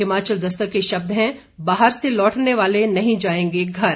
हिमाचल दस्तक के शब्द हैं बाहर से लौटने वाले नहीं जाएंगे घर